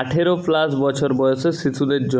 আঠেরো প্লাস বছর বয়সের শিশুদের জন্য